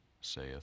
saith